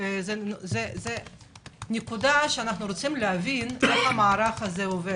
כדי להבין איך המערך הזה עובד.